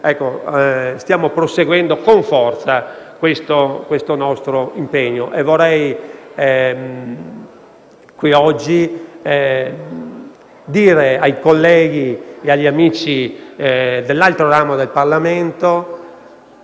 stiamo proseguendo con forza con questo nostro impegno. Vorrei oggi dire ai colleghi e agli amici dell'altro ramo del Parlamento